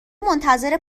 منتظر